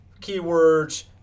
keywords